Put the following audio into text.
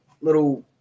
little